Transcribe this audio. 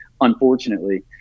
unfortunately